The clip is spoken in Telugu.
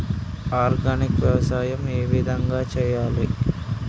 ఆర్గానిక్ వ్యవసాయం ఏ విధంగా చేయాలి?